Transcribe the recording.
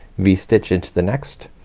v-stitch into the next,